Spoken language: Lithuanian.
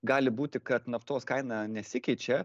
gali būti kad naftos kaina nesikeičia